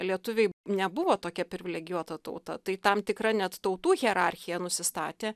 lietuviai nebuvo tokia privilegijuota tauta tai tam tikra net tautų hierarchija nusistatė